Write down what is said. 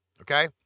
Okay